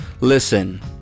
listen